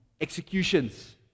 executions